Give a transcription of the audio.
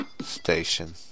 station